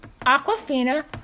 Aquafina